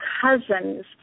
cousins